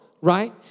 right